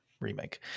remake